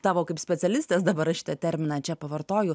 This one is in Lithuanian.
tavo kaip specialistės dabar aš šitą terminą čia pavartoju